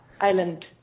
island